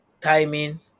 timing